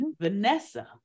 Vanessa